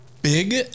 Big